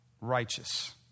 righteous